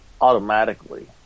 automatically